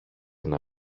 ένα